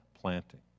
planting